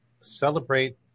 celebrate